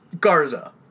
Garza